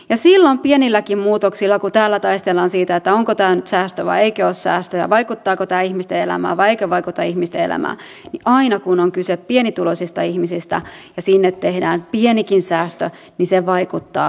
silloin pienilläkin muutoksilla kun täällä taistellaan siitä onko tämä nyt säästö vai ei ole säästö ja vaikuttaako tämä ihmisten elämään vai eikö vaikuta ihmisten elämään aina kun on kyse pienituloisista ihmisistä ja sinne tehdään pienikin säästö vaikutetaan ihmisen arkeen